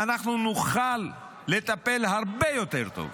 אנחנו נוכל לטפל הרבה יותר טוב.